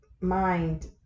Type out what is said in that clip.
mind